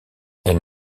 elles